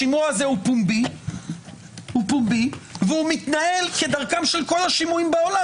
השימוע הזה הוא פומבי והוא מתנהל כדרכם של כל השימועים בעולם,